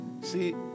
See